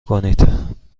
کنید